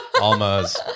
Alma's